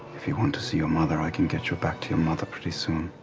if you want to see your mother, i can get you back to your mother pretty soon.